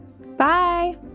Bye